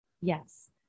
Yes